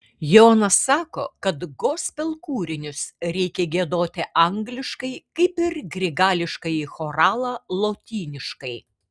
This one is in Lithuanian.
jonas sako kad gospel kūrinius reikia giedoti angliškai kaip ir grigališkąjį choralą lotyniškai